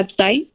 website